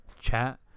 chat